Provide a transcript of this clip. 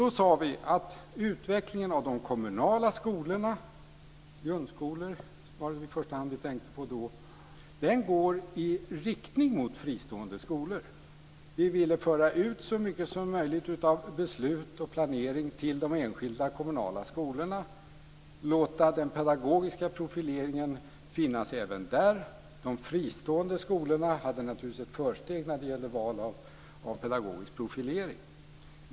Då sade vi att utvecklingen av kommunala skolor - i första hand grundskolor - går i riktning mot fristående skolor. Vi ville föra ut så mycket som möjligt av beslut och planering till de enskilda kommunala skolorna och låta den pedagogiska profileringen finnas även där. De fristående skolorna hade naturligtvis ett försprång vid val av pedagogisk profilering.